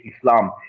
islam